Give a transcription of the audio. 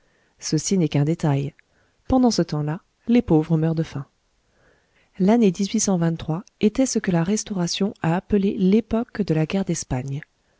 ceci n'est qu'un détail pendant ce temps-là les pauvres meurent de faim l'année était ce que la restauration a appelé l'époque de la guerre d'espagne